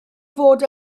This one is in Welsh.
fod